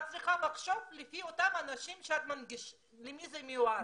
את צריכה לחשוב לפי האנשים שלהם זה מיועד.